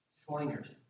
slingers